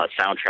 soundtrack